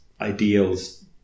ideals